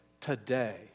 today